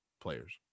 players